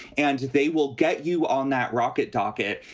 and they will get you on that rocket docket.